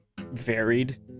varied